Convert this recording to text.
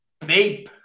Vape